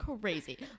crazy